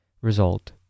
Result